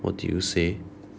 what did you say